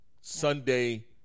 Sunday